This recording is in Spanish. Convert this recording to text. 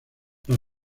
las